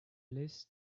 list